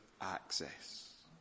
access